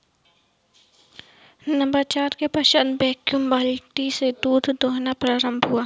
नवाचार के पश्चात वैक्यूम बाल्टी से दूध दुहना प्रारंभ हुआ